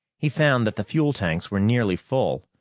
he found that the fuel tanks were nearly full,